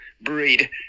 breed